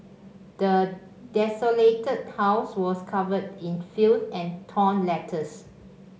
the desolated house was covered in filth and torn letters